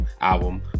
album